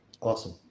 Awesome